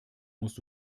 musst